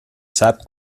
sap